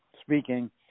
speaking